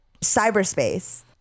cyberspace